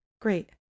great